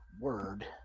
word